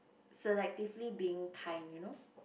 selectively being kind you know